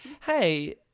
Hey